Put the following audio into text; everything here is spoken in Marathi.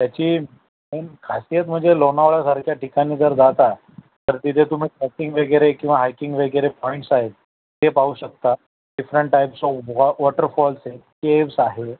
त्याची मेन खासीयत म्हणजे लोणावळ्यासारख्या ठिकाणी जर जाता तर तिथे तुम्ही ट्रॅकिंग वगैरे किंवा हायकिंग वगैरे पॉईंट्स आहेत ते पाहू शकता डिफरंट टाईप्स ऑफ वॉ वॉटरफॉल्स आहेत केव्स आहे